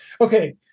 Okay